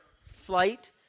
flight